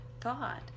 thought